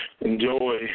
enjoy